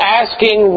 asking